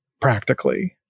practically